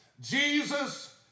Jesus